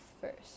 first